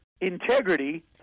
Integrity